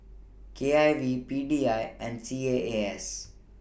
K I V P D I and C A A S